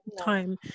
time